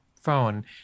phone